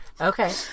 okay